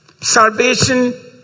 salvation